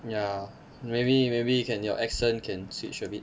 ya maybe maybe you can your accent can switch a bit